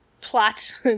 plot